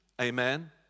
Amen